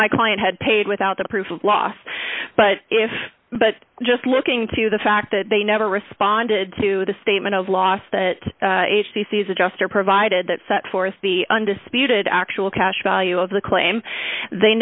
my client had paid without the proof of loss but if but just looking to the fact that they never responded to the statement of loss that these adjuster provided that set forth the undisputed actual cash value of the claim they